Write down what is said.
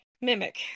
mimic